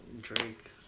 Drake